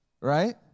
right